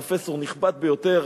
פרופסור נחמד ביותר,